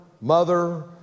mother